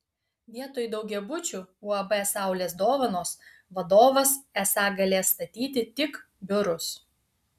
vietoj daugiabučių uab saulės dovanos vadovas esą galės statyti tik biurus